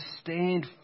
stand